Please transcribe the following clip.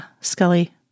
Scully